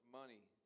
money